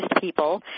people